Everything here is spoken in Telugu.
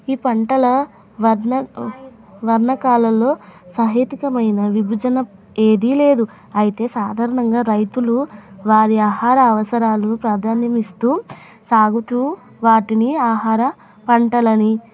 ఈ పంటల వర్ష కాలంలో సాహితికమైన విభజన ఏదీ లేదు అయితే సాధారణంగా రైతులు వారి ఆహార అవసరాలు ప్రాధాన్యం ఇస్తు సాగుతు వాటిని ఆహార పంటలని